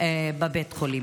בבית החולים.